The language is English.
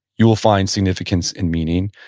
you will find significance and meeting,